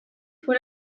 fue